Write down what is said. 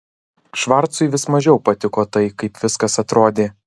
švarcui vis mažiau patiko tai kaip viskas atrodė